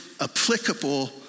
applicable